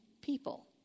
people